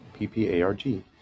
PPARG